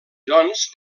doncs